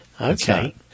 Okay